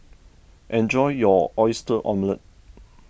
enjoy your Oyster Omelette